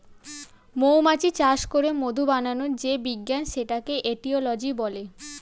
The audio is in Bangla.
মৌমাছি চাষ করে মধু বানানোর যে বিজ্ঞান সেটাকে এটিওলজি বলে